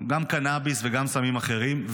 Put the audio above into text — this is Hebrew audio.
גם קנביס וגם סמים אחרים,